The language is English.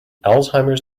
alzheimer’s